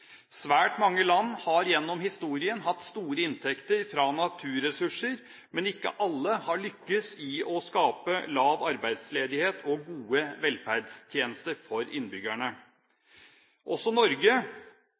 Svært mange land har gjennom historien hatt store inntekter fra naturressurser, men ikke alle har lyktes i å skape lav arbeidsledighet og gode velferdstjenester for